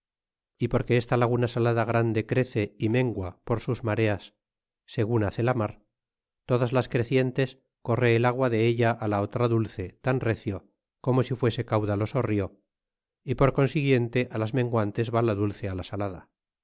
e porque e esta laguna salada grande crece y mengua por sus mareas see gun hace la mar todas las crecientes corre el agua de ella la otra dulce tan recio como si fuese caudaloso rio y por consl guiente las menguantes va la dulce la salada